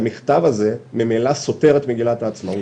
שהמכתב הזה ממילא סותר את מגילת העצמאות